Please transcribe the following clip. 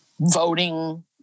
voting